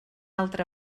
altra